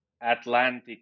Atlantic